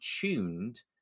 tuned